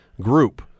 group